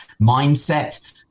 Mindset